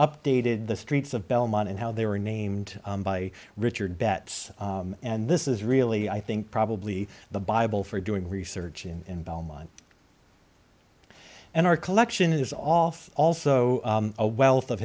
updated the streets of belmont and how they were named by richard betts and this is really i think probably the bible for doing research in belmont and our collection is off also a wealth of